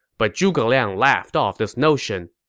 but zhuge liang laughed off this notion.